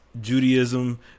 Judaism